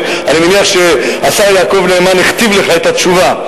אני מניח שהשר יעקב נאמן הכתיב לך את התשובה,